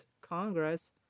congress